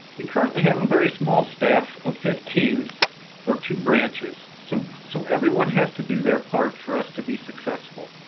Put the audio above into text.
we currently have a very small staff of fifteen for two branches, so so everyone has to do their part for us to be successful.